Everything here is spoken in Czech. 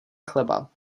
chleba